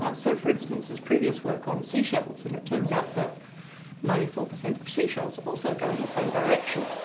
so, for instance, there's previous works on sea shells and it turns out that ninety four percent of sea shells also go in the same direction.